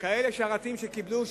כאלה שרתים שקיבלו,